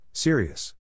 Serious